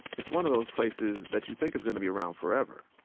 it's one of those places that you think is gonna be around forever.